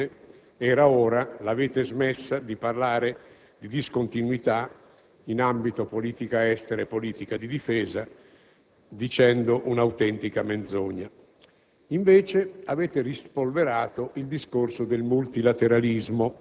Debbo anche dire che, in realtà, avete smesso di parlare di discontinuità e questo è molto positivo. Finalmente - era ora - avete smesso di parlare di discontinuità